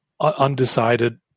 undecided